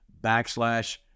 backslash